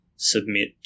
submit